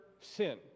sin